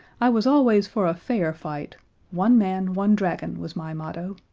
i was always for a fair fight one man one dragon, was my motto.